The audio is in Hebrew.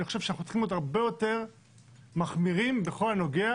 אני חושב שאנחנו צריכים להיות הרבה יותר מחמירים בכל הנוגע